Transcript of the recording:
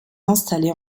installée